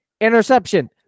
interception